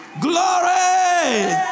Glory